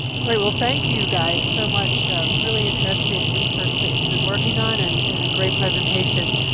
great, well thank you guys so much really interesting research that you've been working on and and a great presentation.